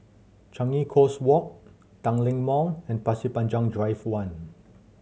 Changi Coast Walk Tanglin Mall and Pasir Panjang Drive One